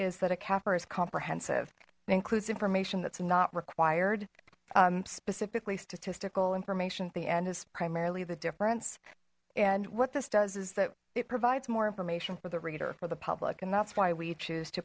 is that a capper is comprehensive it includes information that's not required specifically statistical information the end is primarily the difference and what this does is that it provides more information for the reader for the public and that's why we choose to